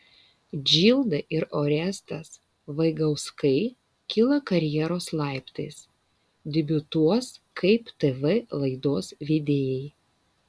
džilda ir orestas vaigauskai kyla karjeros laiptais debiutuos kaip tv laidos vedėjai